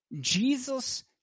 Jesus